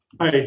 Hi